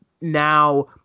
now